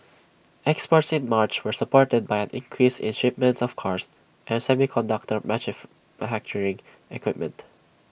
exports in March were supported by an increase in shipments of cars and semiconductor equipment